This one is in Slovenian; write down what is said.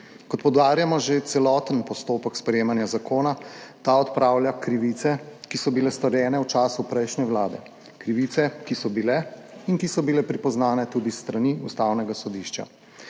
Kot poudarjamo že celoten postopek sprejemanja zakona, ta odpravlja krivice, ki so bile storjene v času prejšnje vlade. Krivice, ki so bile in ki so bile pripoznane tudi s strani Ustavnega sodišča,